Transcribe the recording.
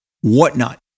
Whatnot